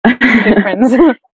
difference